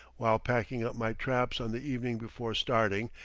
while packing up my traps on the evening before starting,